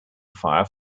fire